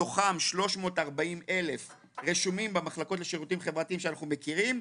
מתוכם 340,000 רשומים במחלקות לשירותים חברתיים שאנחנו מכירים.